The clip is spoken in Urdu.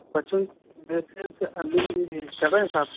بچوں کے بیسکس ابھی چل رہے ہیں صاحب